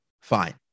Fine